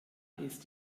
ist